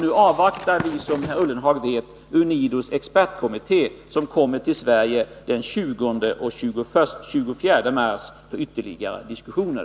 Nu avvaktar vi, som herr Ullenhag vet, UNIDO:s expertkommitté, som kommer till Sverige den 20-24 mars för ytterligare diskussioner.